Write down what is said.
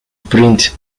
print